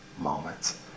moments